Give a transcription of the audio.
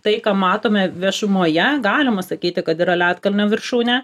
tai ką matome viešumoje galima sakyti kad yra ledkalnio viršūnė